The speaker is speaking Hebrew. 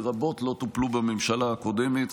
לרבות לא טופלו בממשלה הקודמת.